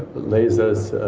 lasers,